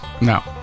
No